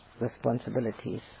responsibilities